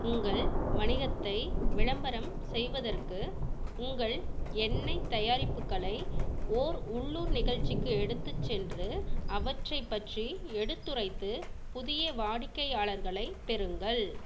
உங்கள் வணிகத்தை விளம்பரம் செய்வதற்கு உங்கள் எண்ணெய் தயாரிப்புகளை ஓர் உள்ளூர் நிகழ்ச்சிக்கு எடுத்துச்சென்று அவற்றைப் பற்றி எடுத்துரைத்து புதிய வாடிக்கையாளர்களைப் பெறுங்கள்